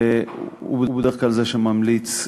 והוא בדרך כלל זה שממליץ,